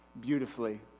beautifully